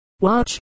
watch